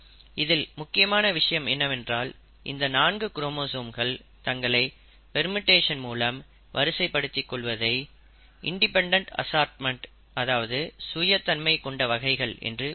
இதில் முக்கியமான விஷயம் என்னவென்றால் இந்த நான்கு குரோமோசோம்கள் தங்களை பெர்முடேசன் மூலம் வரிசைப்படுத்திக் கொள்வதை இன்டிபெண்டென்ட் அசார்ட்மெண்ட் அதாவது சுய தன்மை கொண்ட வகைகள் என்று கூறுவர்